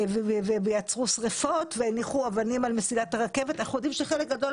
יצרו שריפות והניחו אבנים על מסילת הרכבת חלק גדול